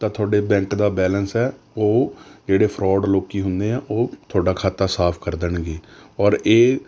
ਤਾਂ ਤੁਹਾਡੇ ਬੈਂਕ ਦਾ ਬੈਲੇਂਸ ਹੈ ਉਹ ਜਿਹੜੇ ਫਰੋਡ ਲੋਕ ਹੁੰਦੇ ਆ ਉਹ ਤੁਹਾਡਾ ਖਾਤਾ ਸਾਫ ਕਰ ਦੇਣਗੇ ਔਰ ਇਹ